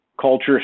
culture